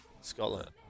Scotland